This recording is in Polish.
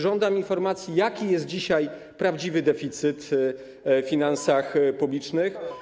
Żądam informacji, jaki jest dzisiaj prawdziwy deficyt w finansach publicznych.